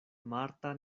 marta